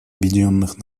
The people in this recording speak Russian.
объединенных